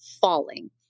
falling